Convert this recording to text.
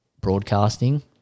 broadcasting